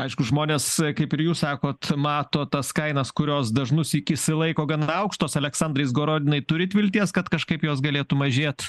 aišku žmonės kaip ir jūs sakot mato tas kainas kurios dažnusyk išsilaiko gana aukštos aleksandrai izgorodinai turit vilties kad kažkaip jos galėtų mažėt